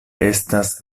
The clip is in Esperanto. estas